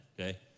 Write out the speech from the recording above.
okay